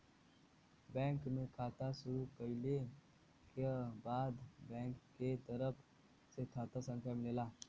bank में खाता शुरू कइले क बाद बैंक के तरफ से खाता संख्या मिलेला